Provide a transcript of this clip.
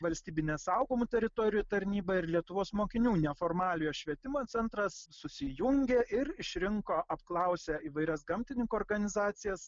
valstybinė saugomų teritorijų tarnyba ir lietuvos mokinių neformaliojo švietimo centras susijungė ir išrinko apklausę įvairias gamtininkų organizacijas